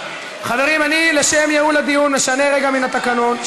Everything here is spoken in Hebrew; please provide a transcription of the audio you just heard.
חברים, לשם ייעול הדיון אני משנה רגע מהתקנון.